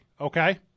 okay